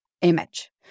image